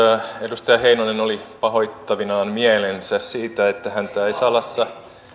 edustaja heinonen oli pahoittavinaan mielensä siitä että häntä ei